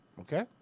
okay